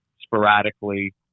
sporadically